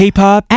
K-pop